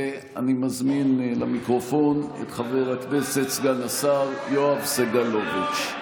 ואני מזמין למיקרופון את חבר הכנסת וסגן השר יואב סגלוביץ',